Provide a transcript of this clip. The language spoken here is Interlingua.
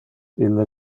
ille